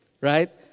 right